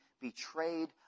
betrayed